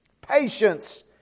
patience